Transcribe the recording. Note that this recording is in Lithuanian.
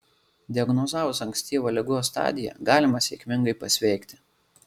diagnozavus ankstyvą ligos stadiją galima sėkmingai pasveikti